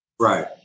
Right